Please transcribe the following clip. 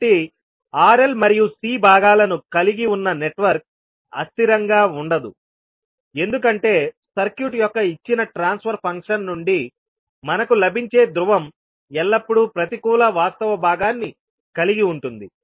కాబట్టి R L మరియు C భాగాలను కలిగి ఉన్న నెట్వర్క్ అస్థిరంగా ఉండదు ఎందుకంటే సర్క్యూట్ యొక్క ఇచ్చిన ట్రాన్స్ఫర్ ఫంక్షన్ నుండి మనకు లభించే ధ్రువం ఎల్లప్పుడూ ప్రతికూల వాస్తవ భాగాన్ని కలిగి ఉంటుంది